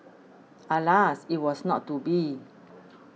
alas it was not to be